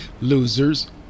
losers